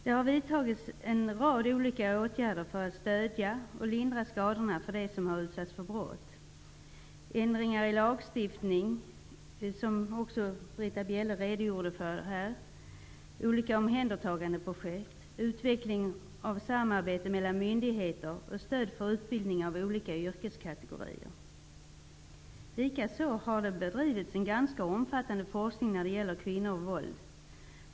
Det har vidtagits en rad olika åtgärder för att stöda dem som utsatts för brott och lindra deras skador. Det har varit fråga om ändringar i lagstiftningen, vilket också Britta Bjelle redogjorde för, olika omhändertagandeprojekt, utveckling av samarbete mellan myndigheter och stöd för utbildning av olika yrkeskategorier. Likaså har det bedrivits en ganska omfattande forskning när det gäller kvinnor och våld.